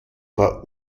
war